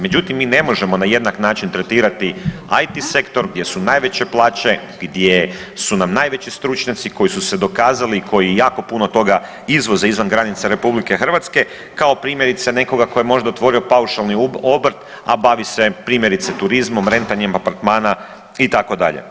Međutim, mi ne možemo na jednak način tretirati IT sektor gdje su najveće plaće, gdje su nam najveći stručnjaci koji su se dokazali, koji jako puno toga izvoze izvan granica RH kao primjerice nekoga tko je možda otvorio paušalni obrt, a bavi se primjerice turizmom, rentanjem apartmana itd.